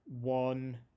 one